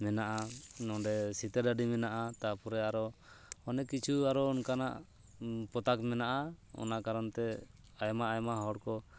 ᱢᱮᱱᱟᱜᱼᱟ ᱱᱚᱸᱰᱮ ᱥᱤᱛᱟᱹ ᱰᱟᱹᱰᱤ ᱢᱮᱱᱟᱜᱼᱟ ᱛᱟᱯᱚᱨᱮ ᱟᱨᱚ ᱚᱱᱮᱠ ᱠᱤᱪᱷᱩ ᱟᱨᱚ ᱚᱱᱠᱟᱱᱟᱜ ᱯᱚᱛᱟᱠ ᱢᱮᱱᱟᱜᱼᱟ ᱚᱱᱟ ᱠᱟᱨᱚᱱ ᱛᱮ ᱟᱭᱢᱟ ᱟᱭᱢᱟ ᱦᱚᱲ ᱠᱚ